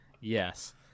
Yes